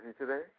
today